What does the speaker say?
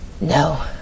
No